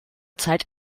zeit